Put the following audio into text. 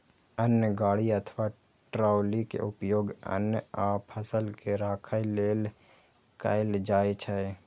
अन्न गाड़ी अथवा ट्रॉली के उपयोग अन्न आ फसल के राखै लेल कैल जाइ छै